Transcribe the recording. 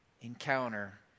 encounter